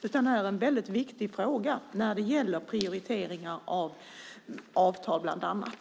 Det här är en väldigt viktig fråga när det gäller prioriteringar av avtal bland annat.